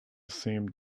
seemed